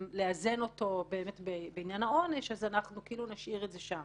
נראה לי משהו מקולקל מיסודו כשאומרים שדבר כזה גורם להפחתה.